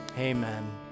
Amen